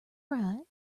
right